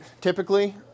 typically